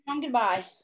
goodbye